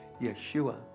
Yeshua